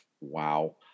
Wow